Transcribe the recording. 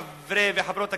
חברי וחברות הכנסת,